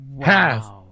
half